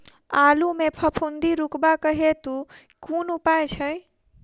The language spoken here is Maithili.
आलु मे फफूंदी रुकबाक हेतु कुन उपाय छै?